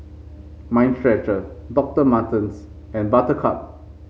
Mind Stretcher Doctor Martens and Buttercup